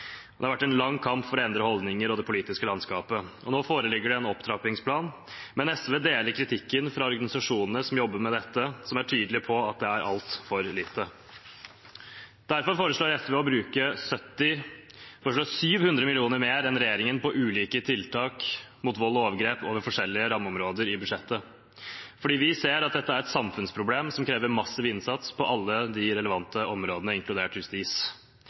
Det har vært en lang kamp for å endre holdninger og det politiske landskapet. Nå foreligger det en opptrappingsplan, men SV deler kritikken fra organisasjonene som jobber med dette, og som er tydelige på at det er altfor lite. Derfor foreslår SV å bruke 700 mill. kr mer enn regjeringen på ulike tiltak mot vold og overgrep over forskjellige rammeområder i budsjettet, fordi vi ser at dette er et samfunnsproblem som krever massiv innsats på alle de relevante områdene, inkludert justis.